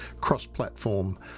cross-platform